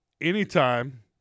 anytime